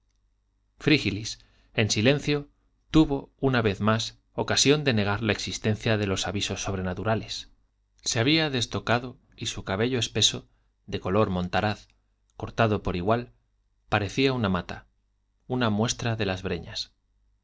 frígilis en silencio tuvo una vez más ocasión de negar la existencia de los avisos sobrenaturales se había destocado y su cabello espeso de color montaraz cortado por igual parecía una mata una muestra de las breñas